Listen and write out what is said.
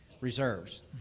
reserves